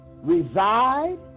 reside